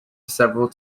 several